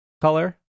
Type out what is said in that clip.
color